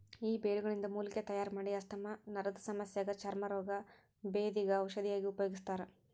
ಈ ಬೇರುಗಳಿಂದ ಮೂಲಿಕೆ ತಯಾರಮಾಡಿ ಆಸ್ತಮಾ ನರದಸಮಸ್ಯಗ ಚರ್ಮ ರೋಗ, ಬೇಧಿಗ ಔಷಧಿಯಾಗಿ ಉಪಯೋಗಿಸ್ತಾರ